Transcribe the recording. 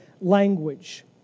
language